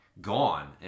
gone